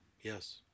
Yes